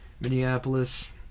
Minneapolis